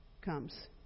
comes